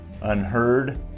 Unheard